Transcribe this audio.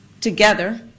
together